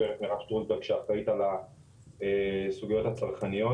שטרוסברג שאחראית על הסוגיות הצרכניות.